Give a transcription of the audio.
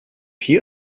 hier